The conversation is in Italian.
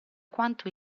quanto